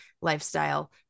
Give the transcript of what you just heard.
lifestyle